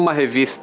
um heavy, so